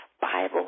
Bible